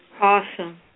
Awesome